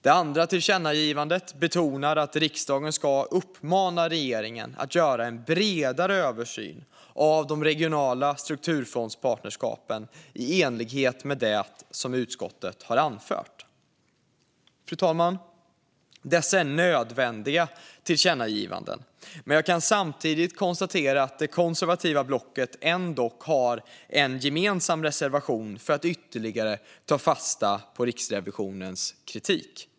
Det andra tillkännagivandet betonar att riksdagen ska uppmana regeringen att göra en bredare översyn av de regionala strukturfondspartnerskapen i enlighet med det som utskottet har anfört. Fru talman! Dessa är nödvändiga tillkännagivanden. Jag kan samtidigt konstatera att det konservativa blocket ändock har en gemensam reservation för att ytterligare ta fasta på Riksrevisionens kritik.